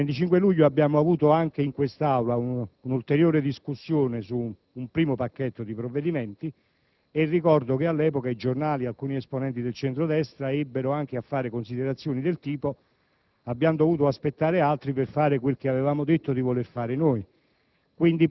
Il 25 luglio si è svolta in quest'Aula un'ulteriore discussione su un primo pacchetto di provvedimenti; ricordo che allora i giornali e alcuni esponenti del centro-destra avanzarono considerazioni del tipo: abbiamo dovuto aspettare altri per fare quel che avevamo detto di voler fare noi.